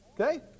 Okay